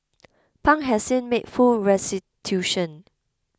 Pang has since made full restitution